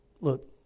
Look